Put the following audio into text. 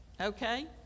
Okay